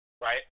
right